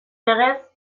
legez